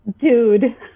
Dude